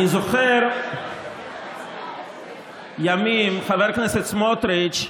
אני זוכר ימים, חבר הכנסת סמוטריץ'